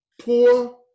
poor